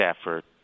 effort